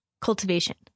Cultivation